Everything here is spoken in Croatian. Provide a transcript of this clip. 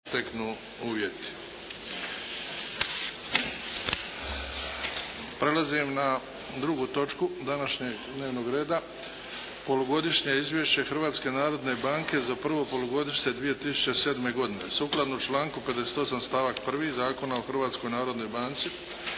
Luka (HDZ)** Prelazim na drugu točku današnjeg dnevnog reda - Polugodišnje Izvješće Hrvatske narodne banke za prvo polugodište 2007. godine Sukladno članku 58. stavak 1. Zakona o Hrvatskoj narodnoj banci,